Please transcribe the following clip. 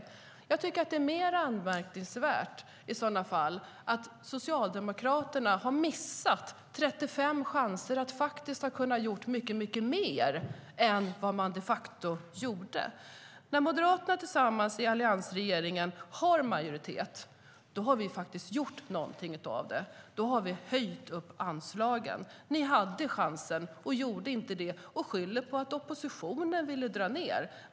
Jag tycker i så fall att det är mer anmärkningsvärt att Socialdemokraterna har missat 35 chanser att kunna göra mycket mer än vad de de facto gjorde. När Moderaterna tillsammans med alliansregeringen har majoritet har vi gjort någonting av det och höjt anslagen. Ni hade chansen och gjorde inte det utan skyller på att oppositionen ville dra ned.